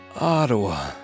Ottawa